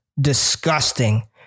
disgusting